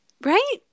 right